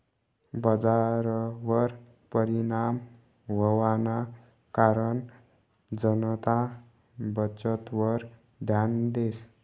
बजारवर परिणाम व्हवाना कारण जनता बचतवर ध्यान देस